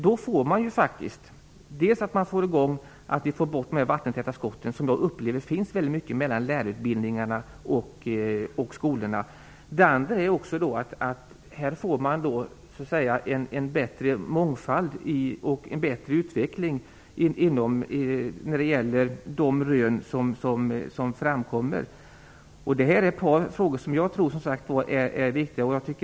Då får vi bort de vattentäta skott som jag upplever finns mellan lärarutbildningarna och skolorna. Dessutom får vi då en bättre mångfald och en bättre utveckling när det gäller de rön som framkommer. Detta är ett par frågor som jag tror är viktiga.